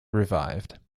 revived